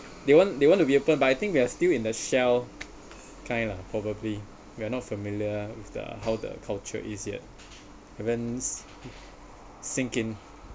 they want they want to be open but I think we are still in the shell kind lah probably we are not familiar with the how the culture is yet haven't sink in